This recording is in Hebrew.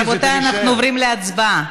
רבותי, אנחנו עוברים להצבעה.